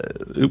oop